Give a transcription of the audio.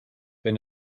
wenn